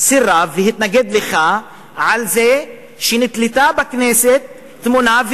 סירב והתנגד לכך שנתלתה בכנסת תמונה,